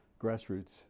Grassroots